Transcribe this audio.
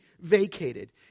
vacated